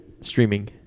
streaming